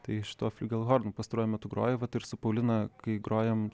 tai aš tuo fliugelhornu pastaruoju metu groju vat ir su paulina kai grojam